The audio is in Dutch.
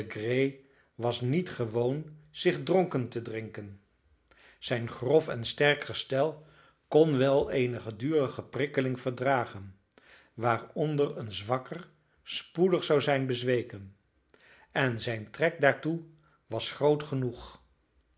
was niet gewoon zich dronken te drinken zijn grof en sterk gestel kon wel eene gedurige prikkeling verdragen waaronder een zwakker spoedig zou zijn bezweken en zijn trek daartoe was groot genoeg